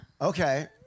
okay